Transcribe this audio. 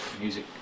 music